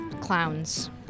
clowns